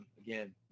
again